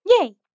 Yay